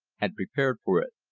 had prepared for it.